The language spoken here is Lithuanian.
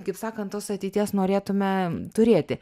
kaip sakan tos ateities norėtume turėti